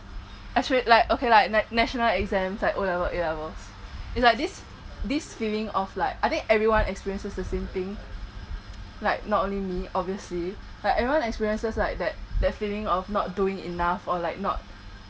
actually like okay like like national exams like O levels A levels is like this this feeling of like I think everyone experiences the same thing like not only me obviously like everyone experiences like that that feeling of not doing enough or like not